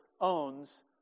owns